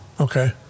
Okay